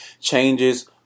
changes